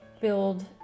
build